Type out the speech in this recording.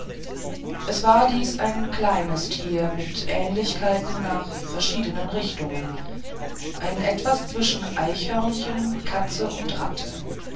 es war dies ein kleines tier mit ähnlichkeiten nach verschiedenen richtungen ein etwas zwischen eichhörnchen katze und ratte